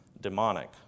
demonic